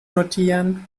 notieren